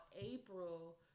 April